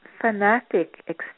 fanatic